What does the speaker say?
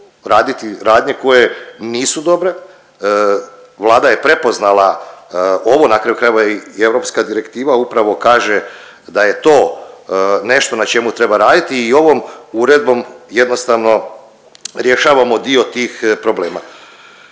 raditi radnje koje nisu dobre. Vlada je prepoznala ovu na kraju krajeva i Europska direktiva upravo kaže da je to nešto na čemu treba raditi i ovom uredbom jednostavno rješavamo dio tih problema.